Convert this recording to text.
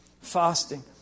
Fasting